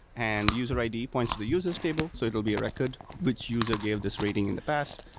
and user i d. points to the user s table. so it will be a record, which user gave this rating in the past?